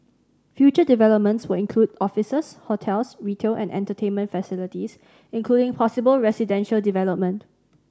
future developments will include offices hotels retail and entertainment facilities including possible residential development